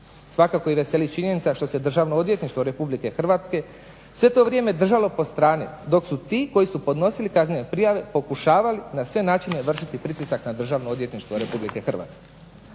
Svakako veseli činjenica što se i Državno odvjetništvo RH sve to vrijeme držalo po strani dok su ti koji su podnosili kaznene prijave pokušavali na sve načine vršiti pritisak na Državno odvjetništvo RH.